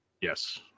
Yes